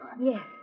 Yes